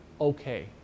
okay